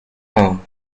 home